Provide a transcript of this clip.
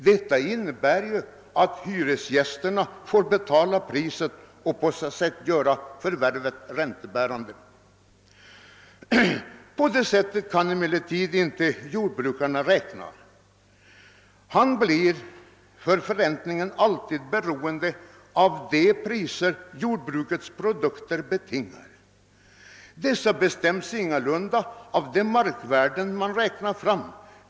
Detta innebär att hyresgästerna får betala det höga markpriset och på det sättet göra förvärvet räntebärande. Så kan emellertid inte en jordbrukare räkna. Han blir för förräntningen alltid beroende av de priser som jordbrukets produkter betingar, och de bestäms ingalunda av de framräknade markvärdena.